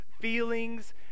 Feelings